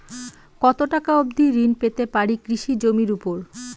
কত টাকা অবধি ঋণ পেতে পারি কৃষি জমির উপর?